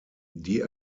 die